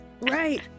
Right